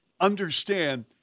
understand